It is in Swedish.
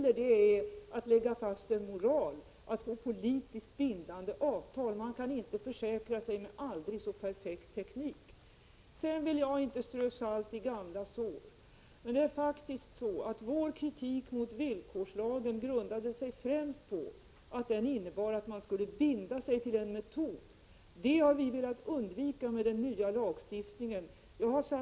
Vad det gäller är att lägga fast en moral och att få till stånd politiskt bindande avtal. Man kan inte med aldrig så bra teknik försäkra sig mot riskerna i detta sammanhang. För det andra vill jag inte strö salt i gamla sår, men det är faktiskt så att vår kritik mot villkorslagen främst grundade sig på att den innebar att man skulle binda sig för en viss metod. Vi har i den nya lagstiftningen velat undvika detta.